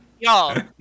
Y'all